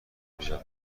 بودم